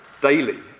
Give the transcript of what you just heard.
daily